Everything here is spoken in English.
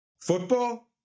Football